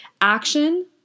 Action